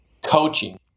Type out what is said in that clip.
Coaching